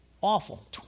awful